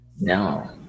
No